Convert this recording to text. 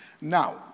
Now